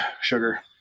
sugar